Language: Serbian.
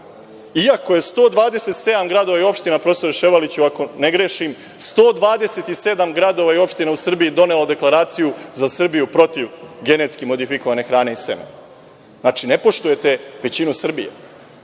grešim, 127 gradova i opština u Srbiji je donelo deklaraciju za Srbiju protiv genetsko modifikovane hrane. Znači, ne poštujete većinu Srbije.